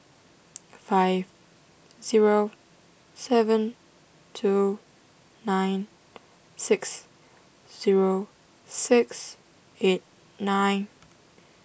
five zero seven two nine six zero six eight nine